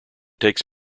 takes